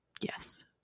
Yes